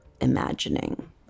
imagining